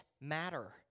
matter